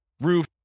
roof